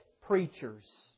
preachers